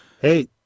Hey